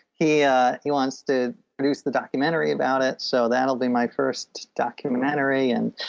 he yeah he wants to produce the documentary about it. so that will be my first documentary. and